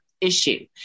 issue